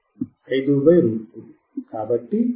కాబట్టి 4